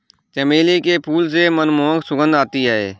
चमेली के फूल से मनमोहक सुगंध आती है